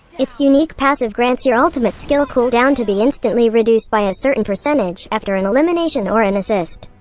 its unique passive grants your ultimate skill cool down to be instantly reduced by a certain percentage after an elimination or an assist.